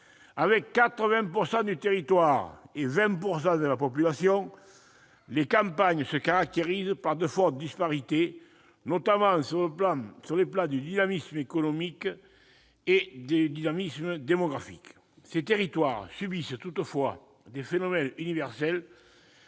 avec 80 % du territoire et 20 % de la population, les campagnes se caractérisent par de fortes disparités, notamment s'agissant du dynamisme démographique et de l'activité économique. Ces territoires subissent toutefois des phénomènes universels,